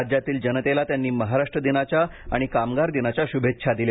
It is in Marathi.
राज्यातील जनतेला त्यांनी महाराष्ट्र दिनाच्या आणि कामगार दिनाच्या शुभेच्छा दिल्या